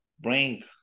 bring